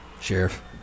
Sheriff